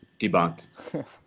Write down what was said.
debunked